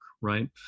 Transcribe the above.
right